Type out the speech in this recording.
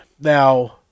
Now